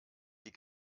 die